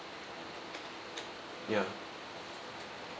ya